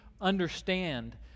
understand